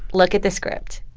look at the script.